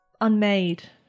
unmade